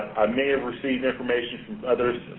i may have received information from others,